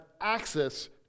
access